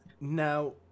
now